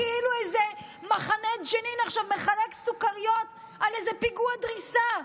כאילו איזה מחנה ג'נין עכשיו מחלק סוכריות על איזה פיגוע דריסה.